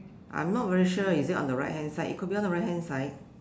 I'm not very sure is it on the right hand side it could be on the right hand side